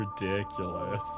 ridiculous